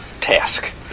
task